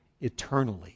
eternally